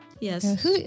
Yes